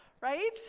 right